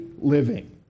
living